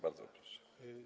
Bardzo proszę.